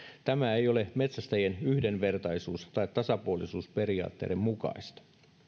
tämä ei ole metsästäjien yhdenvertaisuus tai tasapuolisuusperiaatteiden mukaista